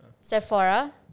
Sephora